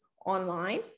online